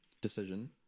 decision